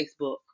Facebook